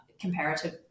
comparative